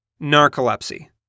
Narcolepsy